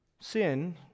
Sin